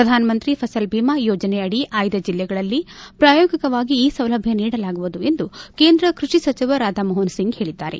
ಪ್ರಧಾನ ಮಂತ್ರಿ ಫಸಲ್ ಬಿಮಾ ಯೋಜನೆಯಡಿ ಆಯ್ದ ಜಿಲ್ಲೆಗಳಲ್ಲಿ ಪ್ರಾಯೋಗಿಕವಾಗಿ ಈ ಸೌಲಭ್ಯ ನೀಡಲಾಗುವುದು ಎಂದು ಕೇಂದ್ರ ಕೃಷಿ ಸಚಿವ ರಾಧಾಮೋಹನ್ ಸಿಂಗ್ ಹೇಳಿದ್ದಾರೆ